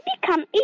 become